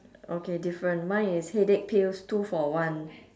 okay different mine is headache pills two for one